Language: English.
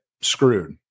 screwed